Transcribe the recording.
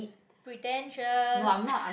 pretentious